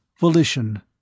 volition